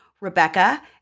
Rebecca